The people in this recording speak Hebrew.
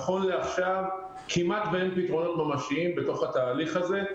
נכון לעכשיו כמעט ואין פתרונות ממשיים בתוך התהליך הזה.